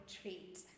treat